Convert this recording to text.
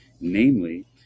namely